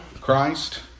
Christ